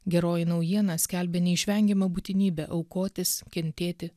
geroji naujiena skelbia neišvengiamą būtinybę aukotis kentėti